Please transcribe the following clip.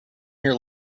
here